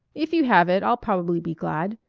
if you have it i'll probably be glad.